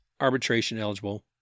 arbitration-eligible